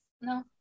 No